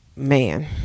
man